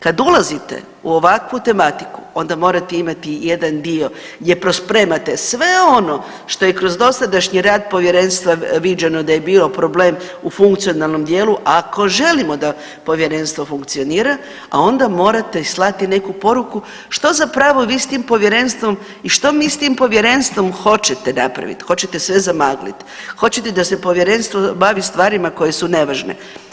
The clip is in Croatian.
Kad ulazite u ovakvu tematiku onda morate imati jedan dio gdje pospremate sve ono što je kroz dosadašnji rad povjerenstva viđeno da je bio problem u funkcionalnom dijelu, a ako želim da povjerenstvo funkcionira, a onda morate i slati neku poruku što zapravo vi s tim povjerenstvom i što mi s tim povjerenstvom hoćete napraviti, hoćete sve zamaglit, hoćete da se povjerenstvo bavi stvarima koje su nevažne.